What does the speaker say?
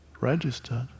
registered